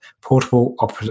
portable